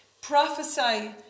prophesy